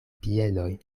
piedoj